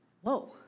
whoa